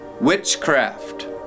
witchcraft